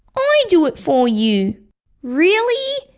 i do it for you really!